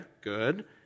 Good